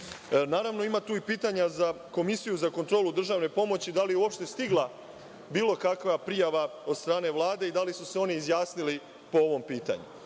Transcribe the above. firmi. Naravno, ima tu i pitanja za Komisiju za kontrolu državne pomoći – da li je uopšte stigla bilo kakva prijava od strane Vlade i da li su se oni izjasnili po ovom pitanju?